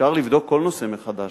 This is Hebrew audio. אפשר לבדוק כל נושא מחדש.